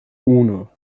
uno